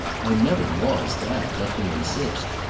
i never was that let me insist.